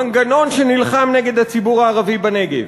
מנגנון שנלחם נגד הציבור הערבי בנגב.